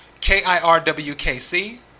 K-I-R-W-K-C